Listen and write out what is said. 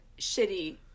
shitty